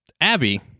Abby